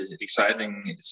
exciting